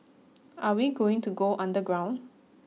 are we going to go underground